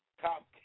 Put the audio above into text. Top